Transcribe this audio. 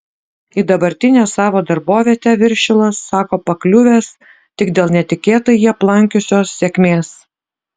į dabartinę savo darbovietę viršilas sako pakliuvęs tik dėl netikėtai jį aplankiusios sėkmės